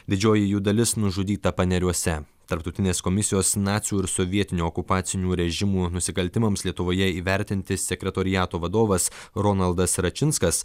didžioji jų dalis nužudyta paneriuose tarptautinės komisijos nacių ir sovietinio okupacinių režimų nusikaltimams lietuvoje įvertinti sekretoriato vadovas ronaldas račinskas